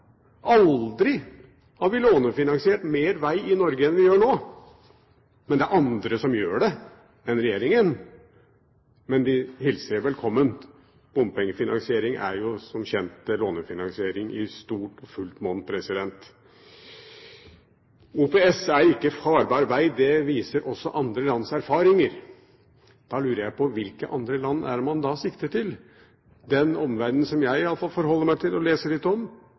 Aldri har vi lånefinansiert mer veg i Norge enn vi gjør nå. Det er andre enn regjeringen som gjør det, men de hilser det velkommen. Bompengefinansiering er jo som kjent lånefinansiering i fullt monn. Så til at OPS ikke er farbar veg, og at andre lands erfaringer også viser det. Da lurer jeg på: Hvilke andre land er det man da sikter til? I den omverdenen som jeg i alle fall forholder meg til og leser